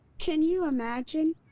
can you imagine?